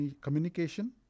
communication